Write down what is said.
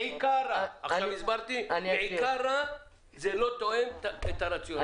מעיקרה, זה לא תואם את הרציונל.